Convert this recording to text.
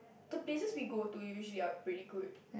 the places we go to usually are pretty good